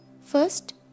First